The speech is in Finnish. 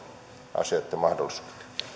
asioitten mahdollisuuden